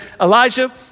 Elijah